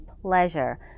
pleasure